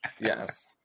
yes